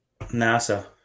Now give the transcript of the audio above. NASA